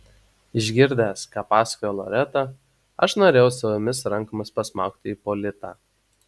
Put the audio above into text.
išgirdęs ką pasakojo loreta aš norėjau savomis rankomis pasmaugti ipolitą